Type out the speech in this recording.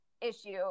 issue